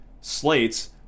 slates